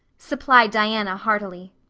supplied diana heartily.